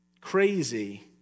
Crazy